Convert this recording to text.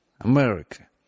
America